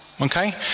Okay